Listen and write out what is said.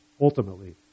ultimately